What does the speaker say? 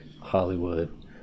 Hollywood